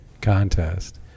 contest